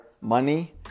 money